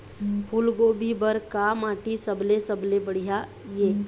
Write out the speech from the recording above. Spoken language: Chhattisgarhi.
फूलगोभी बर का माटी सबले सबले बढ़िया ये?